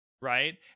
Right